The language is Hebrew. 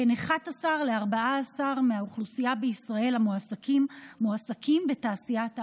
בין 11% ל-14% מאוכלוסיית המועסקים בישראל מועסקים בתעשיית ההייטק.